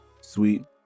sweet